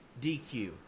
DQ